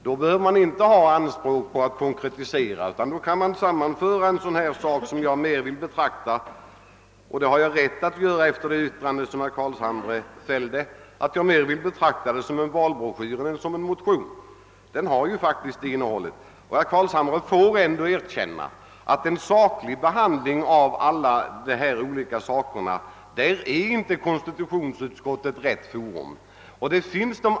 Då behöver man inte ha några anspråk på att konkretisera, utan man kan skriva en sådan här motion, som jag efter herr Carlshamres anförande har rätt att betrakta mer som en valbroschyr än som en motion — den har ju faktiskt ett sådant innehåll. Herr Carlshamre måste ändå erkänna, att konstitutionsutskottet inte är rätt forum för en sakbehandling av motionens alla förslag.